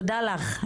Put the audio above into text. תודה לך.